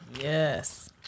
Yes